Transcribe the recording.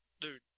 dude